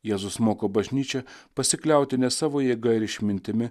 jėzus moko bažnyčią pasikliauti ne savo jėga ir išmintimi